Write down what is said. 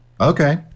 Okay